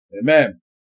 Amen